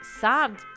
sad